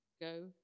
Go